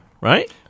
right